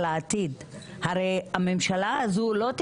חנוך, אתה חדש.